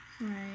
Right